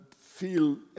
feel